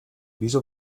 wieso